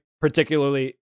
particularly